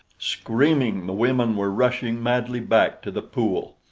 screaming, the women were rushing madly back to the pool.